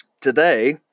Today